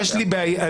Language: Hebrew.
יש לי בעיה.